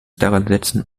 daransetzen